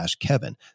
kevin